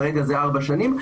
וכרגע זה ארבע שנים,